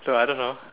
so I don't know